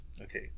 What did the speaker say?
Okay